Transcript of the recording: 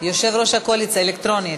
יושב-ראש הקואליציה, אלקטרונית?